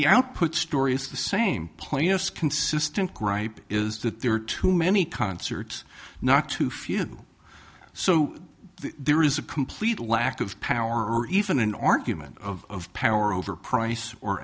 the output story is the same plaintiff's consistent gripe is that there are too many concerts not too few so there is a complete lack of power or even an argument of power over price or